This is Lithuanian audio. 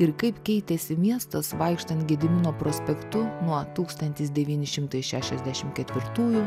ir kaip keitėsi miestas vaikštant gedimino prospektu nuo tūkstantis devyni šimtai šešiasdešim ketvirtųjų